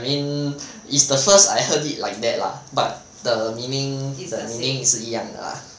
I mean is the first I heard it like that lah but the meaning the meaning 是一样的 lah